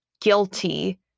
guilty